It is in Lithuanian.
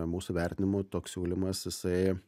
mūsų vertinimu toks siūlymas jisai